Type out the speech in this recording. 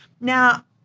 Now